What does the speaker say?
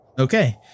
Okay